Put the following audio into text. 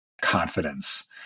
confidence